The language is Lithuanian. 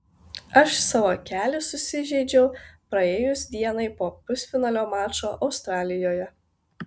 aš savo kelį susižeidžiau praėjus dienai po pusfinalio mačo australijoje